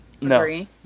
No